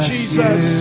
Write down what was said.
Jesus